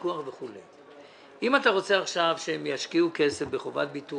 פיקדונות מעל שנה אין חובת נזילות,